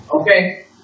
okay